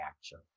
action